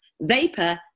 Vapor